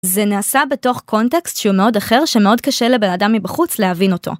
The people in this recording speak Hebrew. זה נעשה בתוך קונטקסט שהוא מאוד אחר שמאוד קשה לבן אדם מבחוץ להבין אותו.